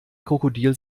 krokodil